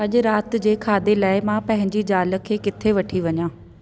अॼु राति जे खाधे लाइ मां पंहिंजी ज़ाल खे किथे वठी वञा